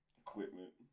equipment